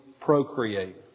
procreate